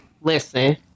Listen